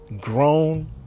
grown